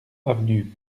avenue